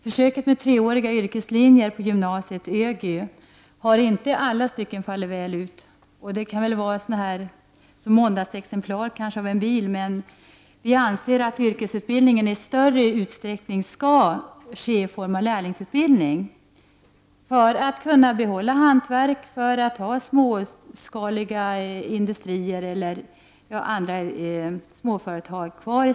Försöket med treåriga yrkeslinjer på gymnasiet, ÖGY, har inte i alla stycken fallit väl ut. Det kan vara på samma sätt som när det gäller måndagsexemplar av en bra bil. Men vi anser att yrkesutbildning i större utsträckning bör ske i form av lärlingsutbildning för att vi skall kunna behålla hantverk och kunna ha kvar småskaliga industrier och småföretag.